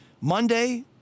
Monday